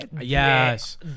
Yes